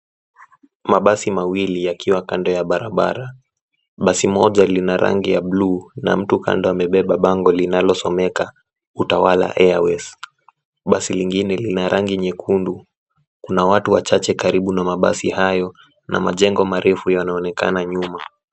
Mabasi mawili yakiwa kando ya barabara. Basi moja lina basi is bluu na mtu kando amebeba bango linalosomeka"utawala airwaays".Basi lingine lina rangi nyekundu na watu wachache karibu na mabasi hayo na majengo marefu yanaonekana nyuma.